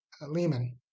Lehman